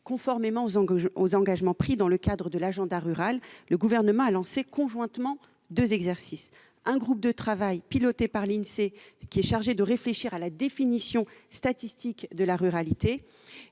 Conformément aux engagements pris dans le cadre de l'agenda rural, le Gouvernement a lancé conjointement deux exercices : un groupe de travail, piloté par l'Insee, est chargé de réfléchir à la définition statistique de la ruralité